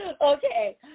Okay